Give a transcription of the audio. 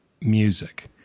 music